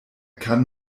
kann